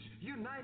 United